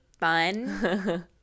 fun